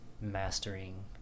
mastering